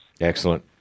Excellent